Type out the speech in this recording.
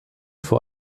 vor